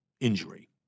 injury